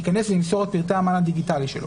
ייכנס למסור את המען הדיגיטלי שלו,